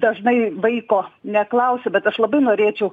dažnai vaiko neklausia bet aš labai norėčiau